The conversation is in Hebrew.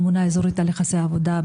ממונה אזורית על יחסי עבודה,